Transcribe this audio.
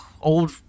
old